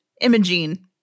Imogene